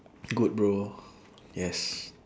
good bro yes